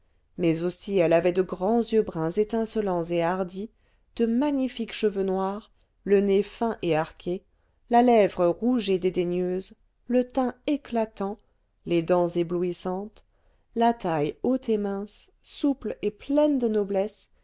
mais aussi elle avait de grands yeux bruns étincelants et hardis de magnifiques cheveux noirs le nez fin et arqué la lèvre rouge et dédaigneuse le teint éclatant les dents éblouissantes la taille haute et mince souple et pleine de noblesse